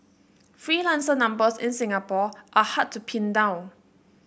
freelancer numbers in Singapore are hard to pin down